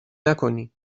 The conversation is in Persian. نکنی